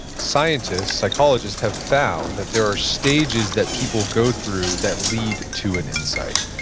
scientists, psychologists have found that there are stages that people go through that lead to an insight.